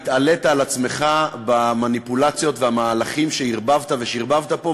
התעלית על עצמך במניפולציות ובמהלכים שערבבת ושרבבת פה,